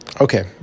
Okay